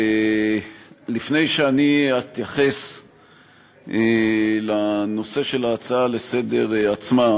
לפני שאני אתייחס לנושא של ההצעה לסדר-היום עצמה,